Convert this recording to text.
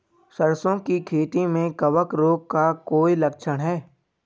सरसों की खेती में कवक रोग का कोई लक्षण है?